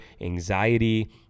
anxiety